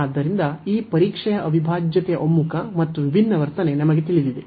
ಆದ್ದರಿಂದ ಈ ಪರೀಕ್ಷೆಯ ಅವಿಭಾಜ್ಯತೆಯ ಒಮ್ಮುಖ ಮತ್ತು ವಿಭಿನ್ನ ವರ್ತನೆ ನಮಗೆ ತಿಳಿದಿದೆ